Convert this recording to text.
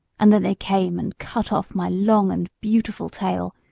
and then they came and cut off my long and beautiful tail,